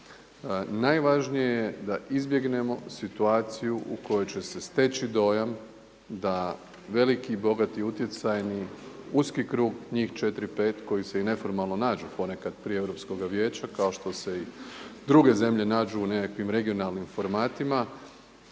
Najvažnije je da izbjegnemo situaciju u kojoj će se steći dojam da veliki bogati utjecajni uski krug njih 4, 5 koji se i neformalno nađu prije Europskoga vijeća kao što se i druge zemlje nađu u nekakvim regionalnim formatima